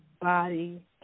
body